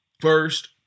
first